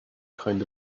kind